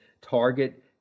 Target